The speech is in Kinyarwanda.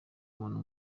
umuntu